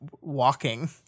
walking